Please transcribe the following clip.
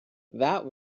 that